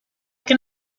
can